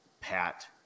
Pat